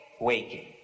waking